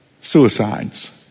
Suicides